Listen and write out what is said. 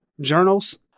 journals